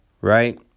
right